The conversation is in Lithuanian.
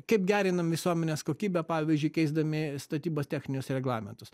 kaip gerinam visuomenės kokybę pavyzdžiui keisdami statybos techninius reglamentus